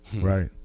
right